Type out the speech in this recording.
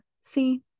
See